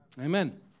Amen